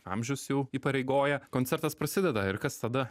amžius jau įpareigoja koncertas prasideda ir kas tada